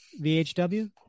vhw